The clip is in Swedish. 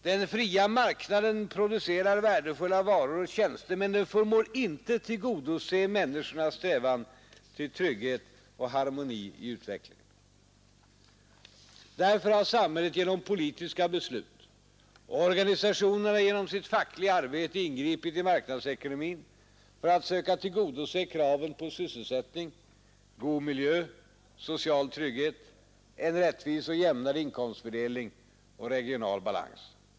Den fria marknaden producerar värdefulla varor och tjänster, men den förmår inte tillgodose människornas strävan till trygghet och harmoni i utvecklingen. Därför har samhället genom politiska beslut och organisationerna genom sitt fackliga arbete ingripit i marknadsekonomin för att söka tillgodose kraven på sysselsättning, god miljö, social trygghet, en rättvis och jämnare inkomstfördelning och regional balans.